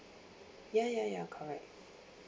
ya ya ya correct